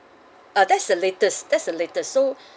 uh that's the latest that's the latest so